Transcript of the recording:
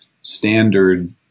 standard